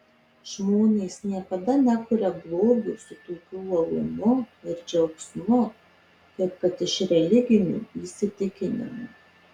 žmonės niekada nekuria blogio su tokiu uolumu ir džiaugsmu kaip kad iš religinių įsitikinimų